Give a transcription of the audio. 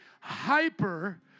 hyper-